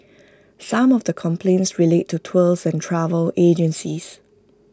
some of the complaints relate to tours and travel agencies